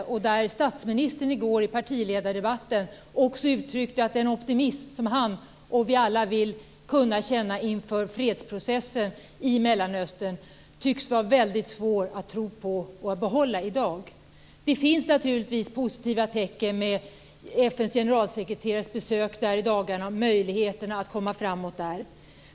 Statsministern uttryckte i går i partiledardebatten att den optimism som han och alla andra vill kunna känna inför fredsprocessen i Mellanöstern är svår att tro på i dag. Det finns naturligtvis positiva tecken med FN:s generalsekreterares besök där i dagarna och möjligheterna att komma framåt där.